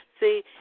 See